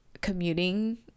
commuting